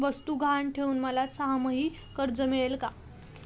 वस्तू गहाण ठेवून मला सहामाही कर्ज मिळेल का?